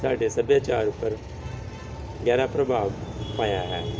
ਸਾਡੇ ਸੱਭਿਆਚਾਰ ਉੱਪਰ ਗਹਿਰਾ ਪ੍ਰਭਾਵ ਪਾਇਆ ਹੈ